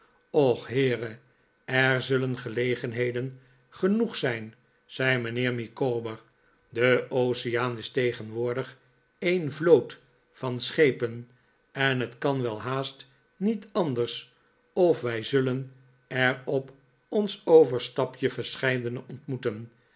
och heere er zullen gelegenheden genoeg zijn zei mijnheer micawber de oceaan is tegenwoordig een vloot van schepen en het kan wel haast niet anders of wij zullen er op ons overstapje verscheidene ontmoeten